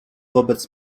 wobec